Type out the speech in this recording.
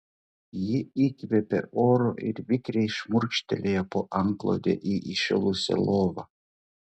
ji įkvėpė oro ir vikriai šmurkštelėjo po antklode į įšilusią lovą